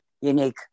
unique